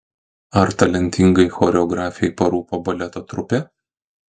ar talentingai choreografei parūpo baleto trupė